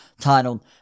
Titled